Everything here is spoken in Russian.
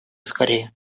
скорее